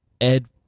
Ed